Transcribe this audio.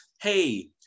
hey